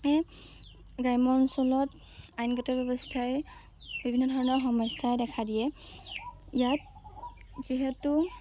গ্ৰাম্য অঞ্চলত আইনগত ব্যৱস্থাই বিভিন্ন ধৰণৰ সমস্যাই দেখা দিয়ে ইয়াত যিহেতু